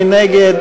מי נגד?